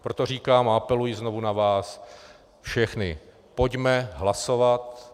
Proto říkám a apeluji znovu na vás všechny, pojďme hlasovat.